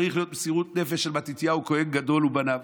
צריך מסירות נפש של מתתיהו הכהן הגדול ובניו.